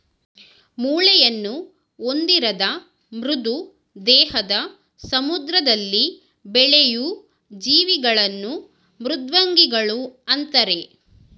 ಮೂಳೆಯನ್ನು ಹೊಂದಿರದ ಮೃದು ದೇಹದ ಸಮುದ್ರದಲ್ಲಿ ಬೆಳೆಯೂ ಜೀವಿಗಳನ್ನು ಮೃದ್ವಂಗಿಗಳು ಅಂತರೆ